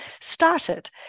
started